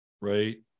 right